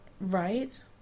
Right